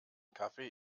kaffee